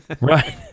Right